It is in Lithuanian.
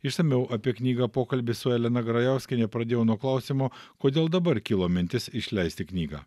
išsamiau apie knygą pokalbį su elena grajauskiene pradėjau nuo klausimo kodėl dabar kilo mintis išleisti knygą